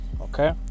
Okay